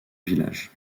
village